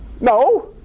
No